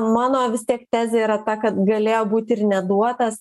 mano vis tiek tezė yra ta kad galėjo būt ir neduotas